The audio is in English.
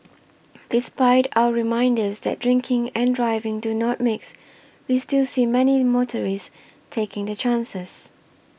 despite our reminders that drinking and driving do not mix we still see many motorists taking their chances